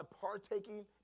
partaking